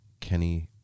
Kenny